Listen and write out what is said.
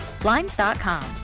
Blinds.com